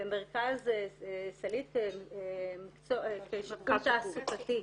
במרכז סלעית כשיקום תעסוקתי,